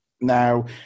now